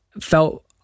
felt